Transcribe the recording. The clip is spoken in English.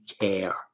care